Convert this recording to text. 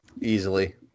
Easily